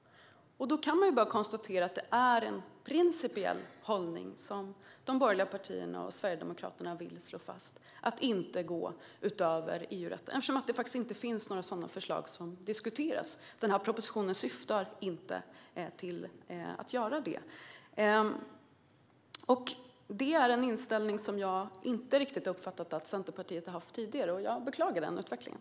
Då kan man bara konstatera att det är en principiell hållning som de borgerliga partierna och Sverigedemokraterna vill slå fast: att inte gå utöver EU-rätten. Det finns faktiskt inga sådana förslag som diskuteras. Denna proposition syftar inte till att göra det. Detta är en inställning som jag inte riktigt har uppfattat att Centerpartiet har haft tidigare, och jag beklagar den utvecklingen.